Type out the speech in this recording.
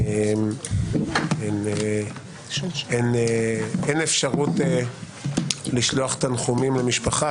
אין אפשרות לשלוח תנחומים למשפחה,